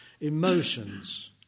emotions